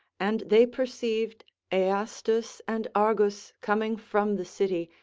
and they perceived aeastus and argus coming from the city,